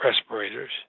respirators